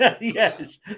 Yes